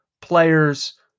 players